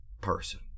person